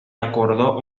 acordó